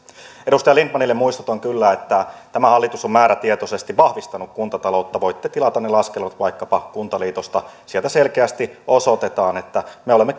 edustaja lindtmanille muistutan kyllä että tämä hallitus on määrätietoisesti vahvistanut kuntataloutta voitte tilata ne laskelmat vaikkapa kuntaliitosta sieltä selkeästi osoitetaan että me olemme